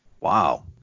Wow